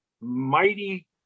mighty